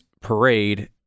parade